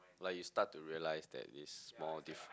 like you start to realise that it's more different